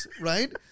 right